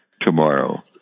tomorrow